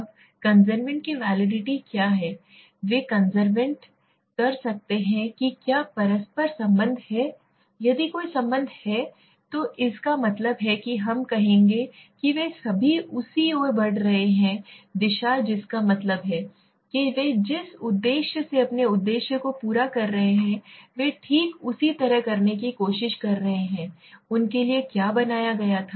अब कन्वर्जेंट की वैलिडिटी क्या है वे कन्वर्जेंट कर रहे हैं कि क्या परस्पर संबंध है यदि कोई संबंध है तो इसका मतलब है कि हम कहेंगे कि वे सभी उसी ओर बढ़ रहे हैं दिशा जिसका मतलब है कि वे जिस उद्देश्य से अपने उद्देश्य को पूरा कर रहे हैं वे ठीक उसी तरह करने की कोशिश कर रहे हैं उनके लिए क्या बनाया गया था